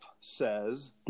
says